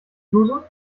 bluse